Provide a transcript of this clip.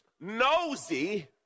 nosy